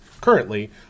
currently